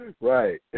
Right